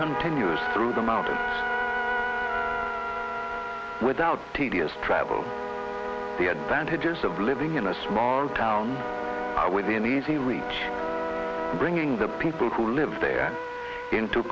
continues through the mouth without tedious travel the advantages of living in a small town within easy reach bringing the people who live there into